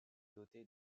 dotée